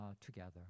together